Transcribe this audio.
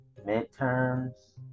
midterms